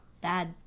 bad